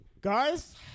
Guys